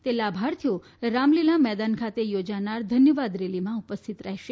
તે લાભાર્થીઓ રામલીલા મેદાન ખાતે યોજાનારી ધન્યવાદ રેલીમાં ઉપસ્થિત રહેશે